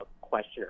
question